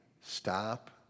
stop